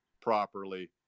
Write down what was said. properly